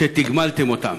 כשתגמלתם אותם.